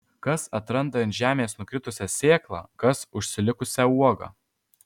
kas atranda ant žemės nukritusią sėklą kas užsilikusią uogą